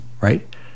right